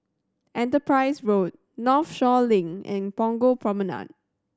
Enterprise Road Northshore Link and Punggol Promenade